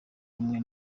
hamwe